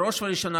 בראש ובראשונה,